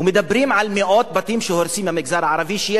ומדברים על מאות בתים שהורסים במגזר הערבי,